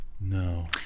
no